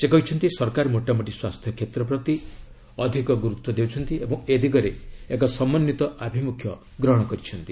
ସେ କହିଛନ୍ତି ସରକାର ମୋଟାମୋଟି ସ୍ୱାସ୍ଥ୍ୟକ୍ଷେତ୍ର ପ୍ରତି ଅଧିକ ଗୁରୁତ୍ୱ ଦେଉଛନ୍ତି ଓ ଏ ଦିଗରେ ଏକ ସମନ୍ୱିତ ଆଭିମୁଖ୍ୟ ଗ୍ରହଣ କରିଛନ୍ତି